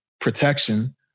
protection